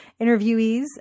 interviewees